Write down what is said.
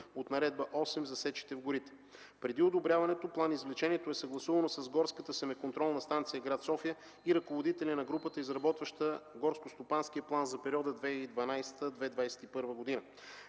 от Наредба № 8 за сечите в горите. Преди одобряването, план-извлечението е съгласувано с Горската семеконтролна станция – гр. София и с ръководителя на групата, изработваща горскостопанския план за периода 2012-2021 г.